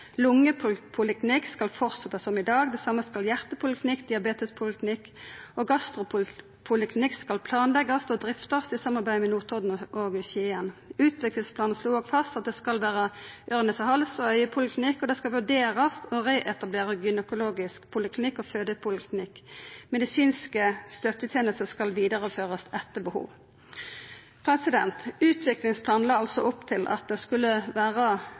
Lunge poliklinikk skal halda fram som i dag, det same skal Hjerte poliklinikk og Diabetes poliklinikk. Gastro poliklinikk skal planleggjast og driftast i samarbeid med Notodden/Skien. Utviklingsplanen slår òg fast at det skal vera øyre-, nese- og halspoliklinikk og øye poliklinikk, og det skal vurderast å reetablera ein gynekologisk/føde poliklinikk. Medisinske støttetenester skal vidareførast etter behov. Utviklingsplanen la altså opp til at det skulle vera